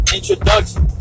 Introduction